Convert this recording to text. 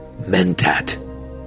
mentat